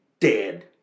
dead